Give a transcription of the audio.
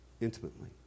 intimately